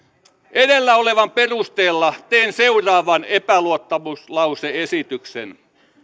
edellä olevan perusteella teen seuraavan epäluottamuslause esityksen